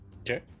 Okay